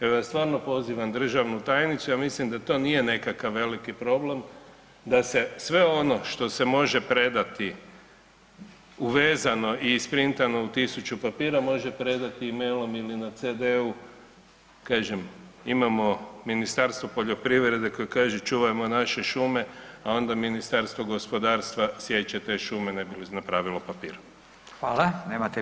Evo ja stvarno pozivam državnu tajnicu, ja mislim da to nije nekakav veliki problem da se sve ono što se može predati uvezano i isprintano u 1000 papiru može predati e-mailom ili na CD-u, kažem imamo Ministarstvo poljoprivrede koje kaže „Čuvajmo naše šume“, a onda Ministarstvo gospodarstva siječe te šume ne bi li napravilo papir.